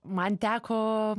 man teko